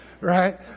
right